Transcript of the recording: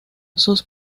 sus